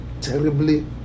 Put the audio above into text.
terribly